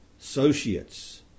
associates